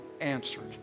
answered